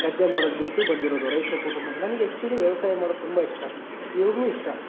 ಗದ್ದೆ ಮಾಡೋದು ಬಿಟ್ಟು ಬಂದಿರೋದು ರೈತ ಕುಟುಂಬದಿಂದ ನನ್ಗೆ ಆ್ಯಕ್ಚುಲಿ ವ್ಯವ್ಸಾಯ ಮಾಡೋದು ತುಂಬ ಇಷ್ಟ ಈಗಲೂ ಇಷ್ಟ